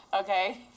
Okay